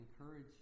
encourage